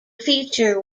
feature